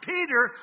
Peter